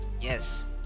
Yes